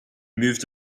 moved